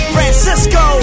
Francisco